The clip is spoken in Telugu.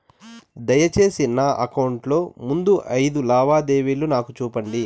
దయసేసి నా అకౌంట్ లో ముందు అయిదు లావాదేవీలు నాకు చూపండి